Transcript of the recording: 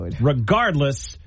regardless